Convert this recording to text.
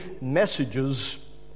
messages